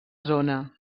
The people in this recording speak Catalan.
zona